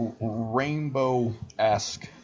rainbow-esque